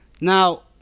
Now